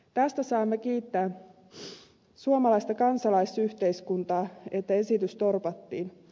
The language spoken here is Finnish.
tästä saamme kiittää suomalaista kansalaisyhteiskuntaa että esitys torpattiin